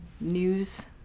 news